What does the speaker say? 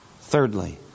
Thirdly